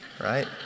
right